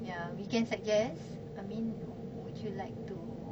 ya we can suggest amin would you like to